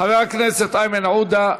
חבר הכנסת איימן עודה,